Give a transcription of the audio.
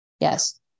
Yes